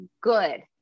good